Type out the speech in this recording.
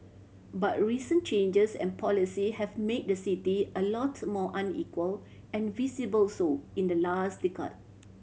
but recent changes and policy have made the city a lot more unequal and visible so in the last decade